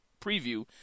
preview